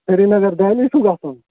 سریٖنگر دہلی چھُو گژھُن